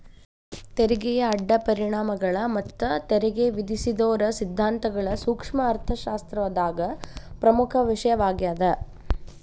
ತೆರಿಗೆಯ ಅಡ್ಡ ಪರಿಣಾಮಗಳ ಮತ್ತ ತೆರಿಗೆ ವಿಧಿಸೋದರ ಸಿದ್ಧಾಂತಗಳ ಸೂಕ್ಷ್ಮ ಅರ್ಥಶಾಸ್ತ್ರದಾಗ ಪ್ರಮುಖ ವಿಷಯವಾಗ್ಯಾದ